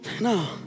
No